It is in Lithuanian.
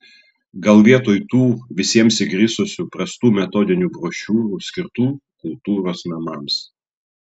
gal vietoj tų visiems įgrisusių prastų metodinių brošiūrų skirtų kultūros namams